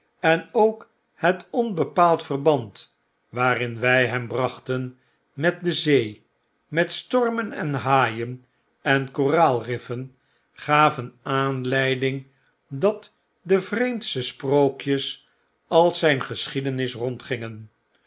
en ook het onbepaald verband waarin wy hem brachten met de zee met stormen en haaien en koraalriffen gaven aanleiding dat de vreemdste sprookjes als zjjn gesehiedenis rondgingen